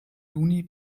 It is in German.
juni